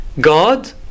God